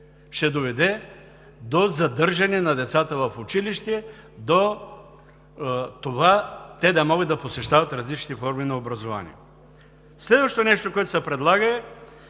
ще доведе до задържане на децата в училище, до това те да могат да посещават различните форми на образование. Следващото нещо, което се предлага, е